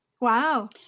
Wow